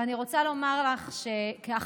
ואני רוצה לומר לך שכאחת